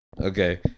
Okay